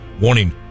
warning